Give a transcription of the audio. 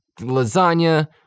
lasagna